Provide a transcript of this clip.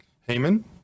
Haman